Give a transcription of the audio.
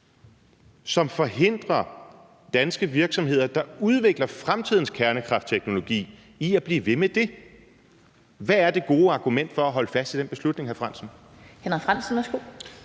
som forhindrer danske virksomheder, der udvikler fremtidens kernekraftteknologi, i at blive ved med det. Hvad er det gode argument for at holde fast i den beslutning, hr. Henrik